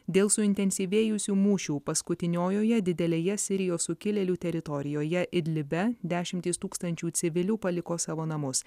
dėl suintensyvėjusių mūšių paskutiniojoje didelėje sirijos sukilėlių teritorijoje idlibe dešimtys tūkstančių civilių paliko savo namus